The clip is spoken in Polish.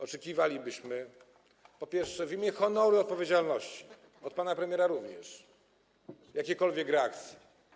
Oczekiwalibyśmy, po pierwsze, w imię honoru i odpowiedzialności, od pana premiera również, jakiejkolwiek reakcji.